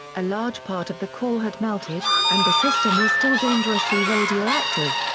a large part of the core had melted, and the system was still dangerously radioactive.